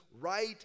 right